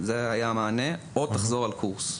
זה היה המענה, או "תחזור על קורס".